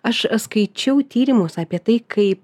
aš skaičiau tyrimus apie tai kaip